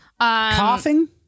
coughing